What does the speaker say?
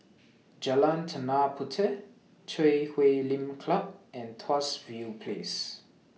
Jalan Tanah Puteh Chui Huay Lim Club and Tuas View Place